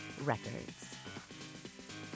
Records